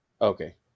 Okay